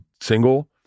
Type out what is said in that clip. single